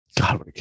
God